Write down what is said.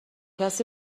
کسی